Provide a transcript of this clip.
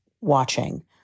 watching